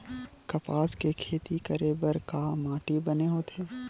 कपास के खेती करे बर का माटी बने होथे?